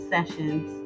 Sessions